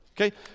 Okay